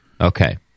Okay